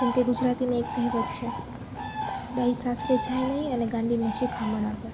જેમકે ગુજરાતીની એક કહેવત છે ડાહી સાસરે જાય નહીં અને ગાંડીને શિખામણ આપે